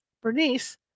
Bernice